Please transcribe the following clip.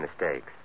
mistakes